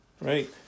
right